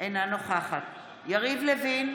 אינה נוכחת יריב לוין,